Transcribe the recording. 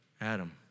Adam